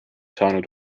saanud